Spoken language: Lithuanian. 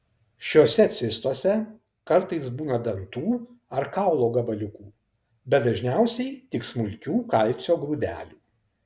šiose cistose kartais būna dantų ar kaulo gabaliukų bet dažniausiai tik smulkių kalcio grūdelių